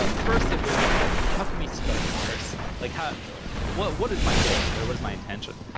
but first, it was how can we start cars? like how ah what what is my goal, right? what is my intention,